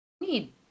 Need